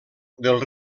del